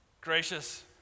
Gracious